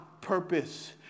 purpose